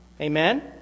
Amen